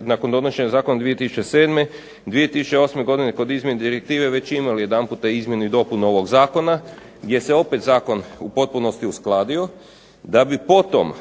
nakon donošenja zakona 2007., 2008. godine kod izmjene direktive već imali jedanputa izmjene i dopune ovog zakona gdje se opet zakon u potpunosti uskladio da bi potom